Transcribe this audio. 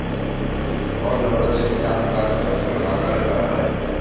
call ধরলের চাষ বাস যখল বাগালে ক্যরা হ্যয়